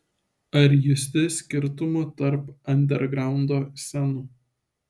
ar justi skirtumų tarp andergraundo scenų